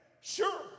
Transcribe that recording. sure